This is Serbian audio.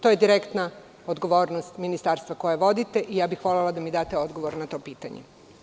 To je direktna odgovornost ministarstva koje vodite i volela bih da mi date odgovor na to pitanje.